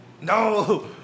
no